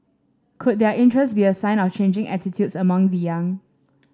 could their interest be a sign of changing attitudes amongst the young